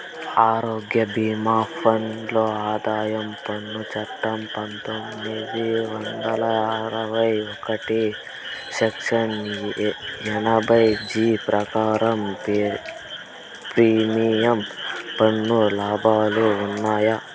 ఆరోగ్య భీమా ప్లాన్ లో ఆదాయ పన్ను చట్టం పందొమ్మిది వందల అరవై ఒకటి సెక్షన్ ఎనభై జీ ప్రకారం ప్రీమియం పన్ను లాభాలు ఉన్నాయా?